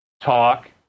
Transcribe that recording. talk